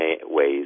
ways